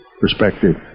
perspective